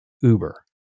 Uber